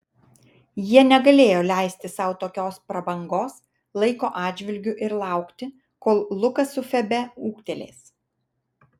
jie negalėjo leisti sau tokios prabangos laiko atžvilgiu ir laukti kol lukas su febe ūgtelės